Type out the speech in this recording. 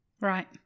right